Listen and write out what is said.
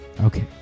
okay